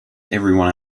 everyone